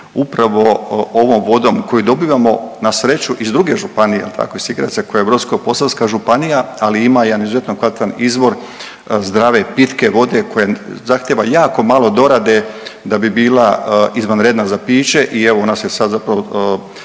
upravo ovom vodom koju dobivamo nasreću iz druge županije jel tako iz Sikirevaca koja je Brodsko-posavska županija, ali ima jedan izuzetno kvalitetan izvor zdrave i pitke vode koja zahtjeva jako malo dorade da bi bila izvanredna za piće i evo u nas je sad zapravo